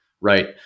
right